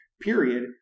period